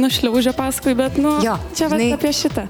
nušliaužė paskui bet nu čia vat apie šitą